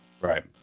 Right